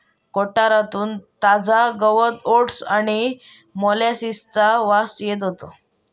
कोठारातून ताजा गवत ओट्स आणि मोलॅसिसचा वास येत होतो